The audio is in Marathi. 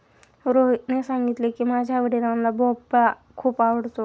रोहितने सांगितले की, माझ्या वडिलांना भोपळा खूप आवडतो